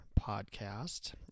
podcast